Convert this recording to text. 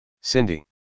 Cindy